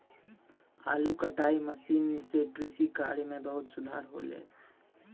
आलू कटाई मसीन सें कृषि कार्य म बहुत सुधार हौले